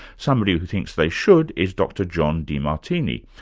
somebody who thinks they should is dr john demartini,